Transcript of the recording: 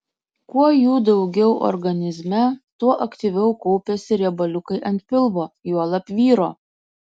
kuo jų daugiau organizme tuo aktyviau kaupiasi riebaliukai ant pilvo juolab vyro